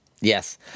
Yes